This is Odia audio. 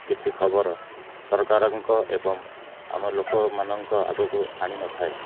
କିଛି ଖବର ସରକାରଙ୍କ ଏବଂ ଆମ ଲୋକମାନଙ୍କ ଆଗକୁ ଆଣିନଥାଏ